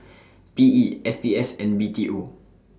P E S T S and B T O